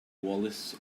wallace